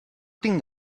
tinc